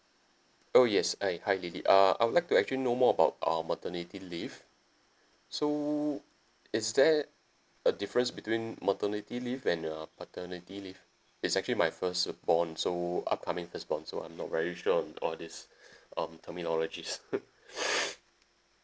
oh yes ~ i hi lily uh I would like to actually know more about um maternity leave so is there a difference between maternity leave and uh paternity leave it's actually my first uh born so upcoming first born so I'm not very sure on all these um terminologies